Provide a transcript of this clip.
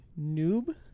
noob